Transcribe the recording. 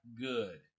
good